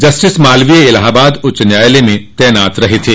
justice Malviya Allahabad उच्च न्यायालय में तैनात रहे थे